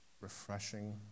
Refreshing